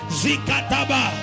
zikataba